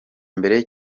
mbere